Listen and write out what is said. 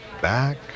back